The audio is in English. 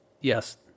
Yes